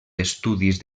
estudis